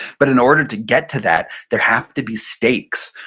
but in order to get to that there have to be stakes,